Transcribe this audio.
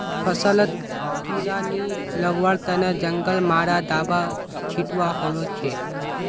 फसलत कीड़ा नी लगवार तने जंगल मारा दाबा छिटवा हछेक